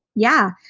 yeah,